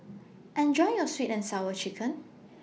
Enjoy your Sweet and Sour Chicken